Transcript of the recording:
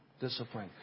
Discipline